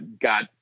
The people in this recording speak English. got